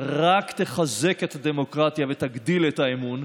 רק תחזק את הדמוקרטיה ותגדיל את האמון.